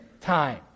time